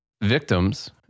victims